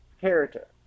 character